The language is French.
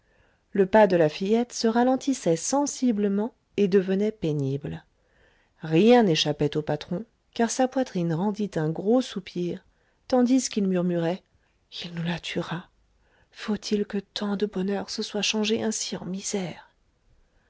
le pas de la fillette se ralentissait sensiblement et devenait pénible rien n'échappait au patron car sa poitrine rendit un gros soupir tandis qu'il murmurait il nous la tuera faut-il que tant de bonheur se soit changé ainsi en misère